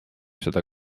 seda